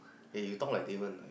eh you talk like Davon lah